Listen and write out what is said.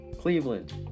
Cleveland